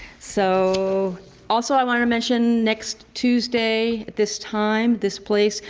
so also i wanted to mention next tuesday at this time, this place,